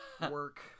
work